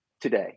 today